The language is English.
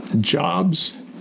jobs